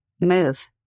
move